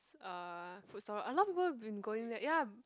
uh food store a lot of people have been going there ya